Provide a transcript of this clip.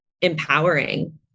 empowering